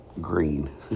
green